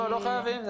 לא חייבים בקצרה.